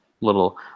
Little